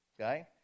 Okay